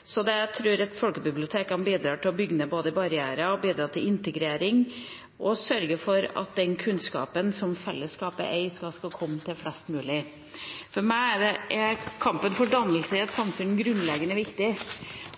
Jeg tror folkebibliotekene bidrar til å bryte ned barrierer, at de bidrar til integrering, og at de sørger for at den kunnskapen fellesskapet eier, når fram til flest mulig. For meg er kampen for dannelse i et samfunn grunnleggende viktig,